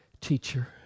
teacher